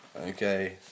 Okay